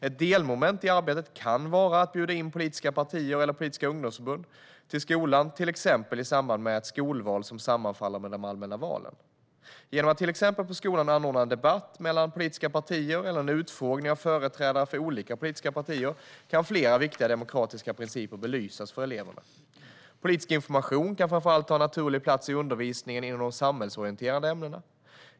Ett delmoment i arbetet kan vara att bjuda in politiska partier eller politiska ungdomsförbund till skolan, till exempel i samband med skolval som sammanfaller med de allmänna valen. Genom att till exempel anordna en debatt på skolan mellan politiska partier eller en utfrågning av företrädare för olika politiska partier kan flera viktiga demokratiska principer belysas för eleverna. Politisk information kan framför allt ha en naturlig plats i undervisningen inom de samhällsorienterande ämnena.